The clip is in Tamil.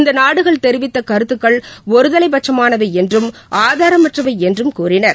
இந்த நாடுகள் தெரிவித்த கருத்துக்கள் ஒருதலைப்பட்சமானவை என்றும் ஆதாரமற்றவை என்றும் கூறினார்